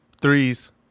threes